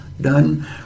done